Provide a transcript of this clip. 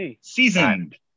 seasoned